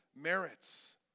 merits